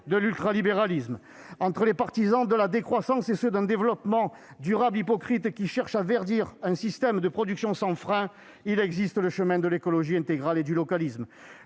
de l'ultralibéralisme. Entre les partisans de la décroissance et ceux d'un développement durable hypocrite, qui cherchent à verdir un système de production sans frein, il existe le chemin de l'écologie intégrale et du localisme.